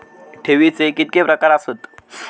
ठेवीचे कितके प्रकार आसत?